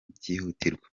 byihutirwa